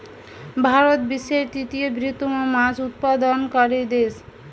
ভারত বিশ্বের তৃতীয় বৃহত্তম মাছ উৎপাদনকারী দেশ